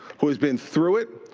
who has been through it,